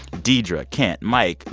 deirdre, kent, mike,